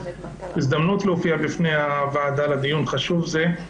הזדמנות להופיע בפני הוועדה לדיון חשוב זה.